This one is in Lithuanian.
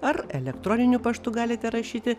ar elektroniniu paštu galite rašyti